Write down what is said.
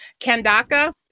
Kandaka